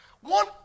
One